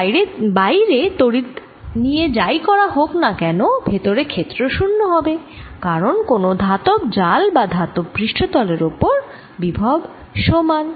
কারণ বাইরে তড়িৎ নিয়ে যাই করা হোক না কেন ভেতরে ক্ষেত্র 0 হবে কারণ কোন ধাতব জাল বা ধাতব পৃষ্ঠতলের ওপর বিভব সমান